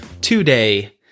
today